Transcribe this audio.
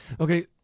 Okay